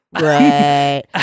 Right